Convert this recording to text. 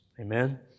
Amen